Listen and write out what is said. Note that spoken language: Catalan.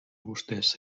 vostès